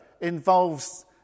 involves